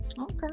Okay